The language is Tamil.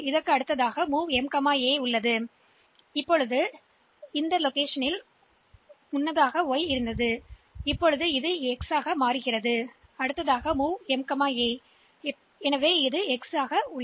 எனவே இந்த இடம் முன்பு y ஐக் கொண்டிருந்தது இப்போது இந்த மதிப்பு x MOV M A க்கு சமமாகிறது இது x க்கு சமமாக இருக்கும்